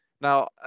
Now